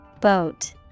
Boat